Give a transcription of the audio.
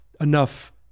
enough